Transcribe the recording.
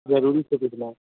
जरूरी छै बुझनाइ